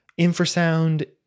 infrasound